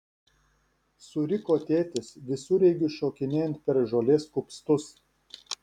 suriko tėtis visureigiui šokinėjant per žolės kupstus